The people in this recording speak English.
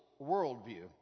worldview